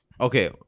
okay